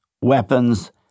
weapons